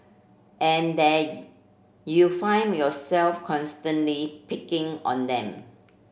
and then you find yourself constantly picking on them